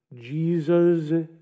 Jesus